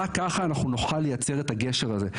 רק ככה אנחנו נוכל לייצר את הגשר הזה,